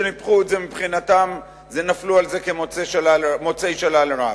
שניפחו את זה מבחינתם ונפלו על זה כמוצאי שלל רב,